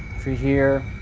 if you're here,